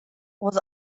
was